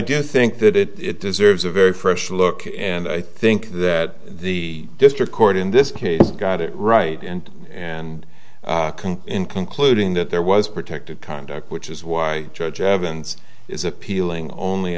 i think that it deserves a very fresh look and i think that the district court in this case got it right and and in concluding that there was protected conduct which is why judge evans is appealing only